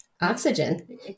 oxygen